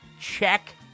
Check